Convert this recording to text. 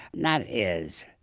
not is,